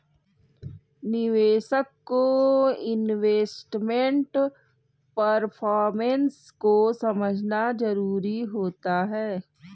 निवेशक को investment performance को समझना जरुरी होता है